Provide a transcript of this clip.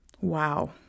Wow